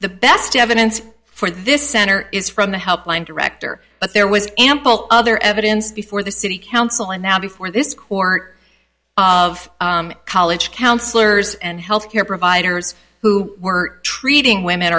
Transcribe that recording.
the best evidence for this center is from the helpline director but there was ample other evidence before the city council and now before this court of college counsellors and health care providers who were treating women